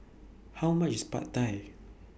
How much IS Pad Thai